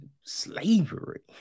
slavery